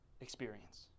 experience